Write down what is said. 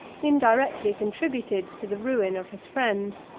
indirectly contributed to the ruin of his friend.